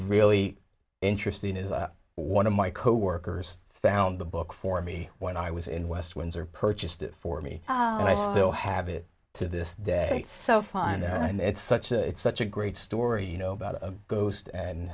really interesting is i one of my coworkers found the book for me when i was in west windsor purchased it for me and i still have it to this day so fun and it's such a it's such a great story you know about a ghost and